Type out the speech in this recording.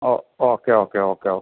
oh okay okay okay okay